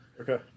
okay